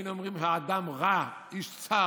היינו אומרים שהאדם רע, איש צר,